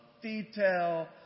detail